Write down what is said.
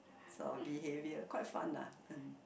some behavior quite fun lah